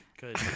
good